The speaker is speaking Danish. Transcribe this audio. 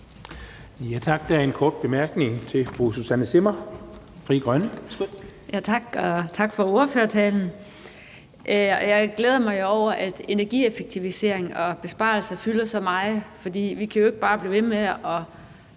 Frie Grønne. Værsgo. Kl. 12:39 Susanne Zimmer (FG): Tak. Og tak for ordførertalen. Jeg glæder mig over, at energieffektivisering og besparelser fylder så meget, for vi kan jo ikke bare blive ved med at